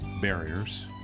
barriers